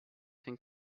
can